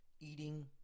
eating